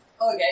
Okay